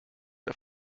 der